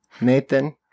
Nathan